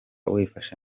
wifashe